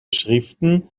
schriften